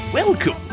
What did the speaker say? Welcome